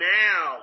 now